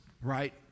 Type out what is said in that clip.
right